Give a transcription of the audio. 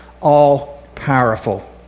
all-powerful